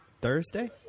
Thursday